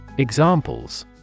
Examples